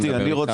אני,